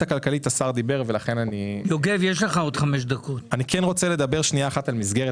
אני רוצה לדבר על מסגרת